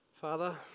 Father